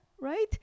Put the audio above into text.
right